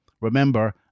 Remember